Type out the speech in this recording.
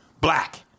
black